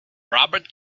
robert